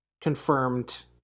confirmed